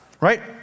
Right